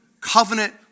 covenant